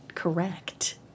Correct